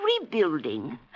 rebuilding